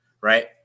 right